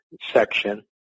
section